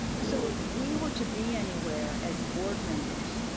so if we were to be anywhere as board members,